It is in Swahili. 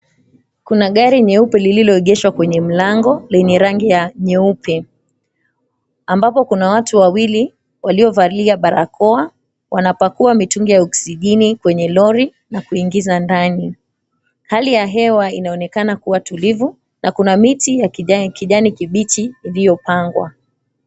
Kuna gari nyeupe lililoegeshwa kwenye mlango lenye rangi ya nyeupe. Ambapo kuna watu wawili waliovalia barakoa wanapakua mitungi ya oksijeni kwenye lori na kuingiza ndani. Hali ya hewa inaonekana kuwa tulivu, na kuna miti ya kijani kibichi iliyopangwa.